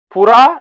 Pura